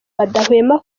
badahwema